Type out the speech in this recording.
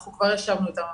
אנחנו כבר ישבנו איתו,